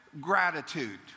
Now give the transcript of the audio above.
gratitude